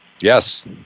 Yes